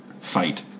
fight